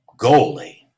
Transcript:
goalie